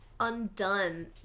undone